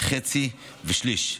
חצי ושליש.